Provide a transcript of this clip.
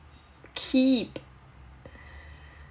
kibbe